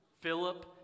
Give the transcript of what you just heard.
Philip